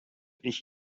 ich